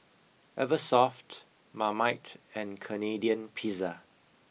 Eversoft Marmite and Canadian Pizza